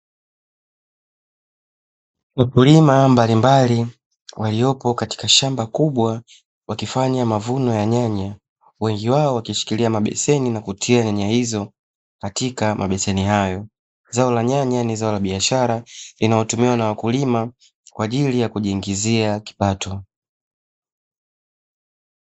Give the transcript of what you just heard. Wakulima mbalimbali waliopo katika shamba kubwa wakifanya mavuno ya nyanya wengi wao wakishikilia mabeseni na kutia nyanya hizo katika mabeseni hayo, zao la nyanya ni zao la biashara linaotumiwa na wakulima kwa ajili ya kujiingizia kipato.